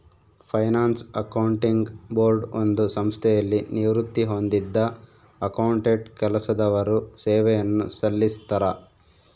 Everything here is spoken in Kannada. ಫೈನಾನ್ಸ್ ಅಕೌಂಟಿಂಗ್ ಬೋರ್ಡ್ ಒಂದು ಸಂಸ್ಥೆಯಲ್ಲಿ ನಿವೃತ್ತಿ ಹೊಂದಿದ್ದ ಅಕೌಂಟೆಂಟ್ ಕೆಲಸದವರು ಸೇವೆಯನ್ನು ಸಲ್ಲಿಸ್ತರ